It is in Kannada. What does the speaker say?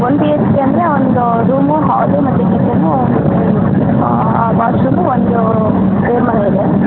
ಒಂದು ಎಚ್ ಪಿ ಅಂದರೆ ಒಂದು ರೂಮು ಹಾಲು ಮತ್ತೆ ಕಿಚನು ಒಂದು ವಾಶ್ ರೂಮು ಒಂದು ದೇವ್ರ ಮನೆ ಇದೆ